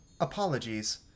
Apologies